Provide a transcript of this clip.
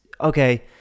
okay